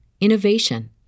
innovation